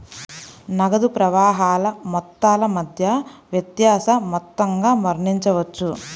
నగదు ప్రవాహాల మొత్తాల మధ్య వ్యత్యాస మొత్తంగా వర్ణించవచ్చు